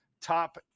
top